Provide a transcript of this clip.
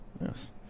Yes